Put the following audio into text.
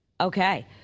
okay